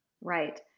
Right